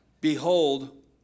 Behold